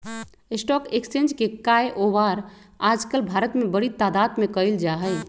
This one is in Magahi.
स्टाक एक्स्चेंज के काएओवार आजकल भारत में बडी तादात में कइल जा हई